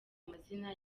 amazina